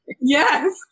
Yes